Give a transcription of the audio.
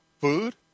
food